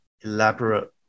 elaborate